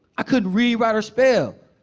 i couldn't read, write or spell.